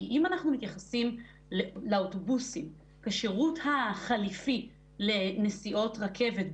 כי אם אנחנו מתייחסים לאוטובוסים כשירות החליפי לנסיעות רכבת,